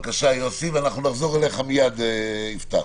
בבקשה, יוסי, ונחזור אליך מייד, יפתח.